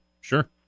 sure